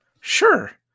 Sure